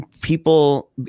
people